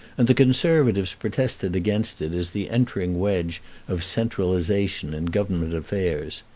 and the conservatives protested against it as the entering wedge of centralization in government affairs.